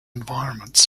environments